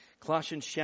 Colossians